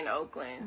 Oakland